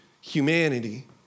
humanity